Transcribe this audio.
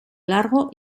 largo